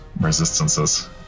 resistances